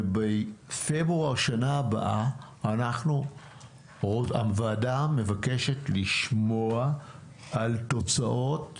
ובפברואר שנה הבאה הוועדה מבקשת לשמוע על תוצאות חיוביות,